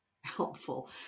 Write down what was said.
helpful